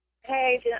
Hey